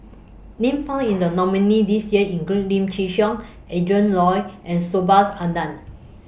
Names found in The nominees' list This Year include Lim Chin Siong Adrin Loi and Subhas Anandan